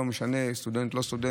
לא משנה אם סטודנט או לא סטודנט,